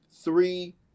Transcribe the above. three